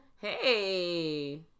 Hey